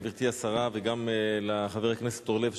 תודה לגברתי השרה וגם לחבר הכנסת אורלב,